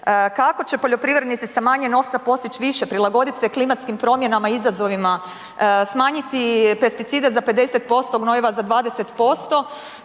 Kako će poljoprivrednici sa manje novca postić više, prilagodit se klimatskim promjenama i izazovima, smanjiti pesticide za 50%, gnojiva za 20%